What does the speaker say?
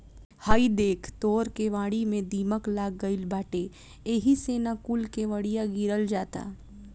हइ देख तोर केवारी में दीमक लाग गइल बाटे एही से न कूल केवड़िया गिरल जाता